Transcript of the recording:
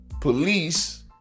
police